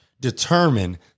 determine